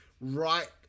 right